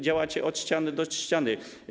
Działacie od ściany do ściany.